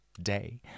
day